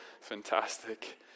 fantastic